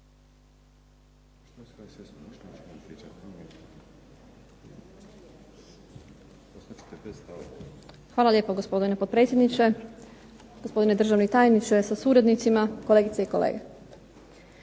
Hvala lijepo gospodine potpredsjedniče, gospodine državni tajniče sa suradnicima, kolegice i kolege.